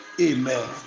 Amen